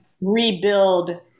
rebuild